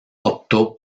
optó